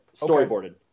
storyboarded